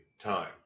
time